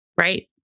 Right